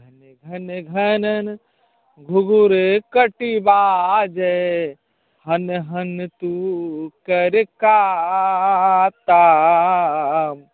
घन घन घनन घुङ्घरू कति बाजय हन हन तुअ कर काता